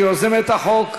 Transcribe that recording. היא יוזמת החוק.